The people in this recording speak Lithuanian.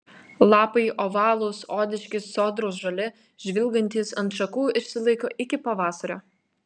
lapai ovalūs odiški sodrūs žali žvilgantys ant šakų išsilaiko iki pavasario